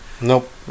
Nope